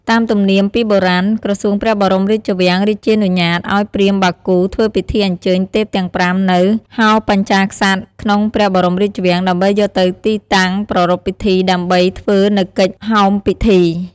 តាមទំនៀមពីបុរាណ ក្រសួងព្រះបរមរាជវាំងរាជានុញាត ឱ្យព្រាហ្មណ៍បាគូ ធ្វើពិធីអញ្ជើញទេពទាំង ៥ នៅ ហោបញ្ចាក្សេត្រ ក្នុងព្រះបរមរាជវាំង ដើម្បីយកទៅទីតាំងប្រារព្ធពិធី ដើម្បីធ្វើនៅកិច្ច "ហោមពិធី" ។